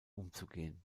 umzugehen